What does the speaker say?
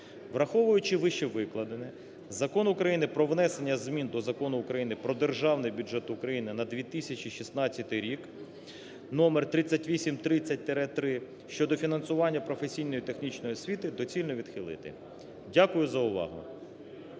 Враховуючи вище викладене, Закон України "Про внесення змін до Закону України "Про Державний бюджет України на 2016 рік" (№ 3830-3) щодо фінансування професійно-технічної освіти доцільно відхилити. Дякую за увагу.